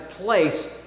place